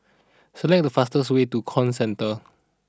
select the fastest way to Comcentre